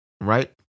right